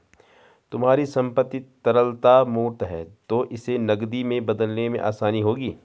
तुम्हारी संपत्ति तरलता मूर्त है तो इसे नकदी में बदलने में आसानी होगी